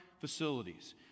facilities